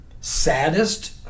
saddest